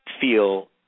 feel